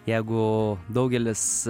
jeigu daugelis